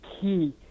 key